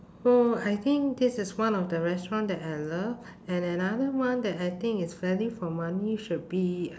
so I think this is one of the restaurant that I love and another one that I think is value for money should be